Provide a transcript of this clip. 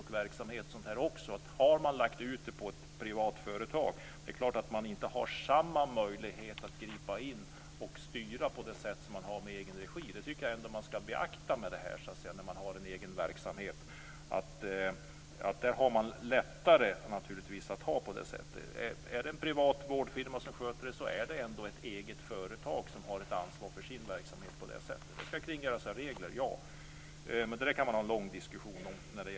Har man lagt ut verksamhet på ett privat företag är det klart att man inte har samma möjlighet att gripa in och styra på det sätt som man har med egenregi. Det tycker jag ändå att man skall beakta när man har en egen verksamhet. Där har man lättare att styra. Är det en privat vårdfirma som sköter verksamheten är det ändå ett eget företag som har ett ansvar för sin verksamhet. Det skall kringgärdas av regler. Man kan ha en lång diskussion om det.